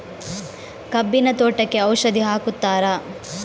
ಕಬ್ಬಿನ ತೋಟಕ್ಕೆ ಔಷಧಿ ಹಾಕುತ್ತಾರಾ?